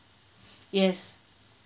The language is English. yes